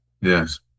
Yes